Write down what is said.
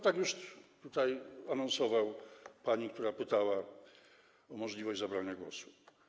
Tak już anonsował pani, która pytała o możliwość zabrania głosu.